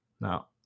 now